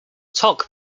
tok